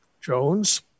Jones